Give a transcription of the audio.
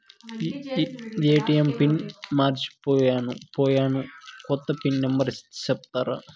ATM pin మర్చిపోయాను పోయాను, కొత్త పిన్ నెంబర్ సెప్తారా?